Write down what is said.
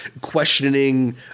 questioning